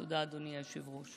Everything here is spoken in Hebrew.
תודה, אדוני היושב-ראש.